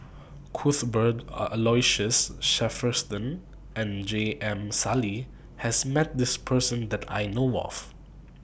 Cuthbert Aloysius Shepherdson and J M Sali has Met This Person that I know of